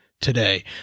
today